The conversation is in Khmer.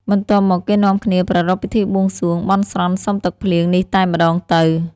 បន្ទាប់មកគេនាំគ្នាប្រារព្ធពិធីបួងសួង បន់ស្រន់សុំទឹកភ្លៀងនេះតែម្តងទៅ។